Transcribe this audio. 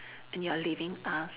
and you are leaving us